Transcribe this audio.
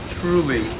truly